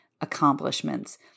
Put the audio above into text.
accomplishments